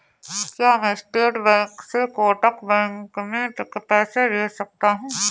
क्या मैं state bank से कोटक बैंक में पैसे भेज सकता हूँ?